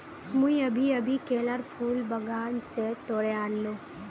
मुई अभी अभी केलार फूल बागान स तोड़े आन नु